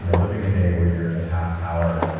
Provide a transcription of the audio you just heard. you know living a day where you're at half power,